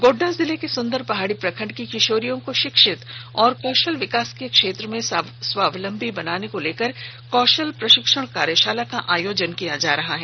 गोड्डा जिले के सुंदर पहाड़ी प्रखंड की किशोरियों को शिक्षित और कौशल विकास के क्षेत्र में स्वावलंबी बनाने को लेकर कौशल प्रशिक्षण कार्यशाला का आयोजन किया जा रहा है